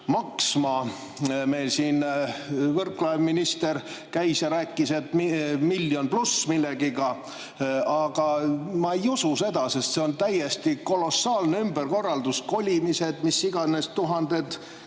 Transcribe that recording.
maksma. Meil siin Võrklaev, minister, käis ja rääkis, et miljon pluss millegagi. Aga ma ei usu seda, sest see on täiesti kolossaalne ümberkorraldus, kolimised, mis iganes, tuhanded